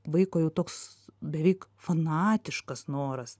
vaiko jau toks beveik fanatiškas noras